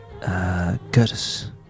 Curtis